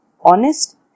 honest